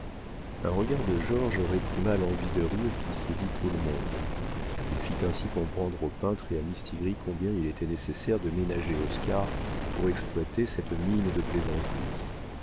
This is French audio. un regard de georges réprima l'envie de rire qui saisit tout le monde il fit ainsi comprendre au peintre et à mistigris combien il était nécessaire de ménager oscar pour exploiter cette mine de plaisanterie